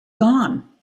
gone